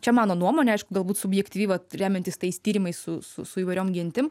čia mano nuomonė aišku galbūt subjektyvi va remiantis tais tyrimais su su su įvairiom gentim